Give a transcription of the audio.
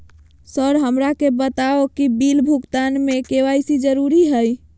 Sir हमरा के बताओ कि बिल भुगतान में के.वाई.सी जरूरी हाई?